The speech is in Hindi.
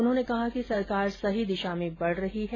उन्होंने कहा कि सरकार सही दिशा में बढ़ रही है